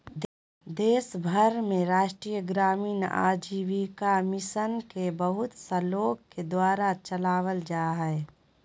देश भर में राष्ट्रीय ग्रामीण आजीविका मिशन के बहुत सा लोग के द्वारा चलावल जा हइ